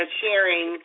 sharing